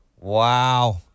Wow